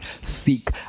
seek